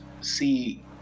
see